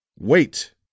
Wait